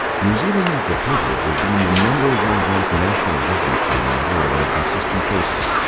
new zealand has the privilege of being the number one ranked national rugby team in the world on a consistent basis,